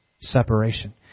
Separation